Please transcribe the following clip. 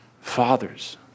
fathers